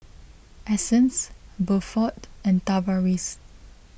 Essence Buford and Tavaris